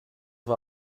war